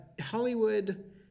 hollywood